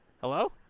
Hello